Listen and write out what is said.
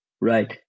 right